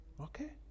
Okay